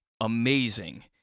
amazing